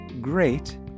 great